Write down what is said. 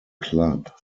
club